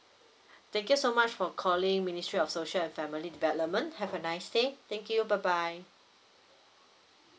thank you so much for calling ministry of social family and development have a nice day thank you bye bye